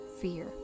fear